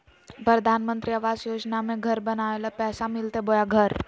प्रधानमंत्री आवास योजना में घर बनावे ले पैसा मिलते बोया घर?